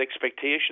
expectations